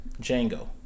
django